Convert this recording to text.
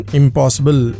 impossible